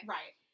Right